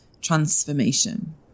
transformation